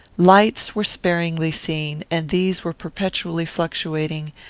lights were sparingly seen, and these were perpetually fluctuating,